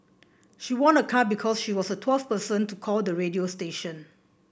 she won a car because she was the twelfth person to call the radio station